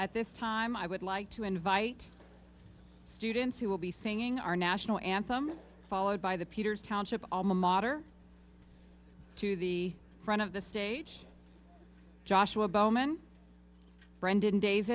at this time i would like to invite students who will be singing our national anthem followed by the peters township alma mater to the front of the stage joshua bowman brendan days